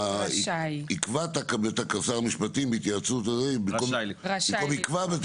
שבמקום "יקבע בתקנות", ייכתב "רשאי לקבוע".